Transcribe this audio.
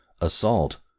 assault